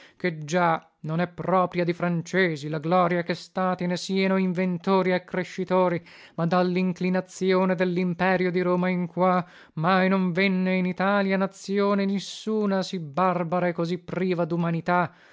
ché già non è propria di francesi la gloria che stati ne siano inventori e accrescitori ma dallinclinazione dellimperio di roma in qua mai non venne in italia nazione nissuna sì barbara e così priva dumanità